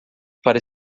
para